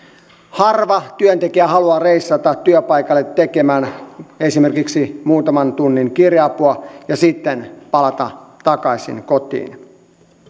harva työntekijä haluaa reissata työpaikalle tekemään esimerkiksi muutaman tunnin kiireapua ja sitten palata takaisin kotiin